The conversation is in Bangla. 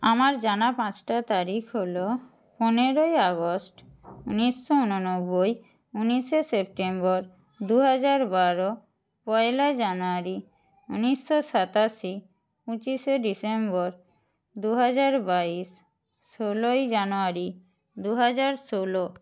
আমার জানা পাঁচটা তারিখ হল পনেরোই আগস্ট উনিশশো ঊননব্বই উনিশে সেপ্টেম্বর দুহাজার বারো পয়লা জানুয়ারি উনিশশো সাতাশি পঁচিশে ডিসেম্বর দুহাজার বাইশ ষোলোই জানুয়ারি দুহাজার ষোলো